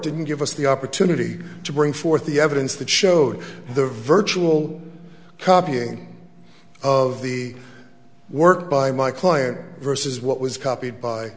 didn't give us the opportunity to bring forth the evidence that showed the virtual copying of the work by my client versus what was copied by